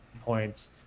points